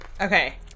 Okay